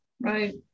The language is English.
Right